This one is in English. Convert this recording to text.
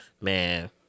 Man